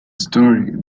story